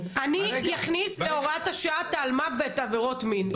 אני אכניס להוראת שעה את אלמ"ב ואת עבירות מין,